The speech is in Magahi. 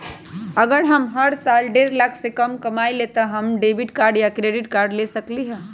अगर हम हर साल डेढ़ लाख से कम कमावईले त का हम डेबिट कार्ड या क्रेडिट कार्ड ले सकली ह?